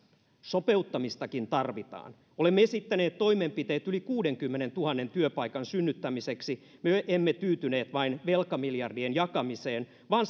sopeuttamistakin tarvitaan olemme esittäneet toimenpiteet yli kuudenkymmenentuhannen työpaikan synnyttämiseksi me emme tyytyneet vain velkamiljardien jakamiseen vaan